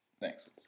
thanks